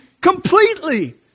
completely